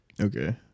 Okay